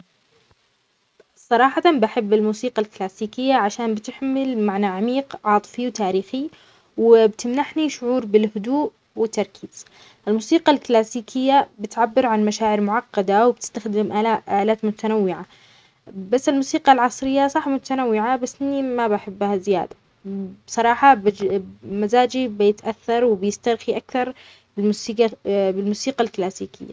أفضل الاستماع إلى الموسيقى العصرية. لأنها تعكس روح العصر وتناسب مزاجي واهتماماتي الحالية. الموسيقى العصرية تمنحني طاقة وحيوية، كما أنها تتنوع بين الأنماط والألوان المختلفة التي أستمتع بها. رغم أن الموسيقى الكلاسيكية جميلة، إلا أن العصرية أكثر توافقًا مع أسلوب حياتي.